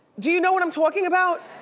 do you know what i'm talking about?